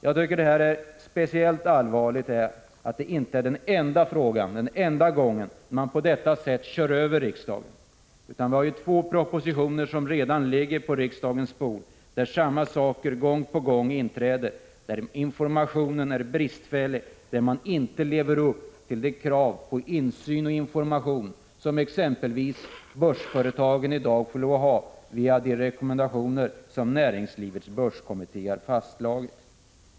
Jag tycker att det är speciellt allvarligt att detta inte är den enda gången man på detta sätt kör över riksdagen. I två propositioner som redan ligger på riksdagens bord förekommer samma sak gång på gång. 13 Informationen är bristfällig, och man lever inte upp till de krav på insyn och information som exempelvis börsföretagen i dag ställs inför i och med att näringslivets börskommitté har fastslagit sådana rekommendationer.